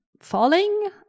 falling